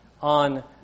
on